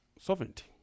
sovereignty